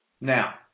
Now